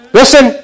listen